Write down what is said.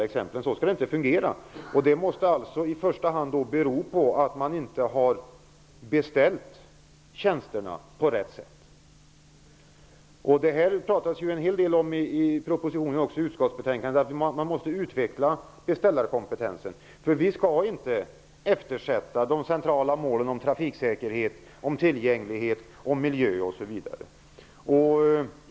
Anledningen måste i första hand vara att man inte har beställt tjänsterna på rätt sätt. I propositionen och i utskottsbetänkandet tas också upp att beställarkompetensen måste utvecklas. Vi skall inte eftersätta de centrala målen för trafiksäkerheten, tillgängligheten, miljön osv.